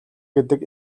гэдэг